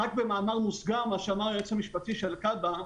רק במאמר מוסגר מה שאמר היועמ"ש של כב"א,